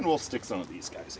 and will stick some of these guys